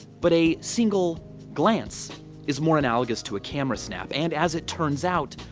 but a single glance is more analogous to a camera snap, and, as it turns out,